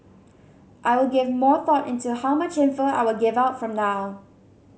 I will give more thought into how much info I will give out from now